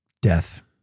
death